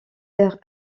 terre